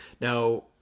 Now